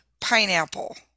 Pineapple